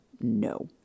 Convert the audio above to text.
no